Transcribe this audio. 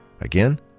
Again